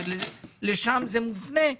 הרי לשם זה מופנה.